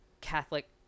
catholic